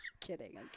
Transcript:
Kidding